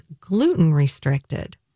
gluten-restricted